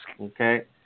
Okay